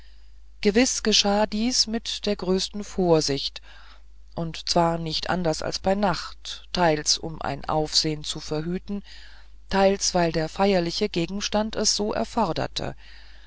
gewiß geschah dies mit der größten vorsicht und zwar nicht anders als bei nacht teils um ein aufsehn zu verhüten teils weil der feierliche gegenstand es so erforderte